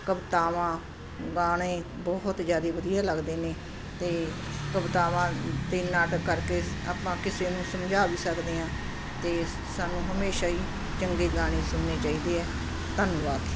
ਕਵਿਤਾਵਾਂ ਗਾਣੇ ਬਹੁਤ ਜ਼ਿਆਦਾ ਵਧੀਆ ਲੱਗਦੇ ਨੇ ਅਤੇ ਕਵਿਤਾਵਾਂ ਅਤੇ ਨਾਟਕ ਕਰਕੇ ਆਪਾਂ ਕਿਸੇ ਨੂੰ ਸਮਝਾ ਵੀ ਸਕਦੇ ਹਾਂ ਅਤੇ ਸਾਨੂੰ ਹਮੇਸ਼ਾ ਹੀ ਚੰਗੇ ਗਾਣੇ ਸੁਣਣੇ ਚਾਹੀਦੇ ਆ ਧੰਨਵਾਦ